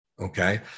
okay